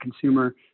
consumer